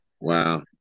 Wow